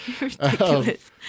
Ridiculous